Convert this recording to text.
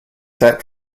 set